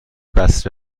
بسته